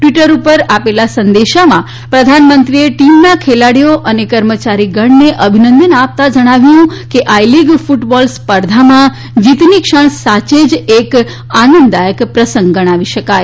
Twitter ઉપર આપેલા સંદેશામાં પ્રધાનમંત્રીએ જણાવ્યું છે કે ટીમના ખેલાડીઓ અને કર્મચારીગણને અભિનંદન આપતા જણાવ્યું છે કે આઈ લીગ ક્ટબોલ સ્પર્ધામાં જીતની ક્ષણ સાચે જ એક આનંદદાયક પ્રસંગ ગણાવી શકાય